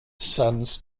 sends